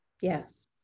yes